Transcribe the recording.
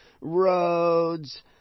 roads